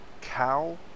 cow